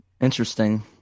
Interesting